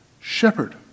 Shepherd